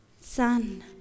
Son